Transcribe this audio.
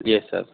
yes sir